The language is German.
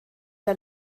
der